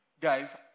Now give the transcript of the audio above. guys